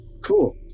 cool